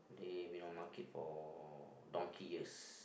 they have been on market for donkey years